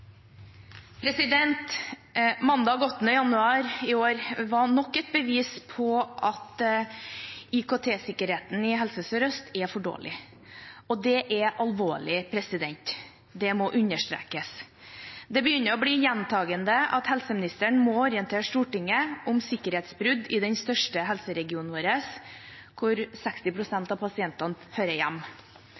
for dårlig, og det er alvorlig – det må understrekes. Det begynner å gjenta seg at helseministeren må orientere Stortinget om sikkerhetsbrudd i den største helseregionen vår, hvor 60 pst. av pasientene